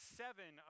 seven